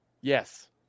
Yes